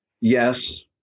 Yes